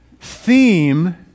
theme